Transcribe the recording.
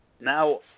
now